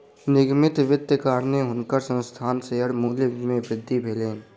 निगमित वित्तक कारणेँ हुनकर संस्थानक शेयर मूल्य मे वृद्धि भेलैन